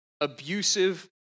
abusive